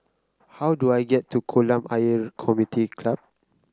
how do I get to Kolam Ayer Community Club